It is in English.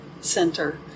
center